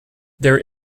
there